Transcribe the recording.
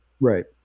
Right